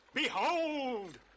Behold